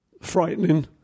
frightening